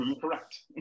Correct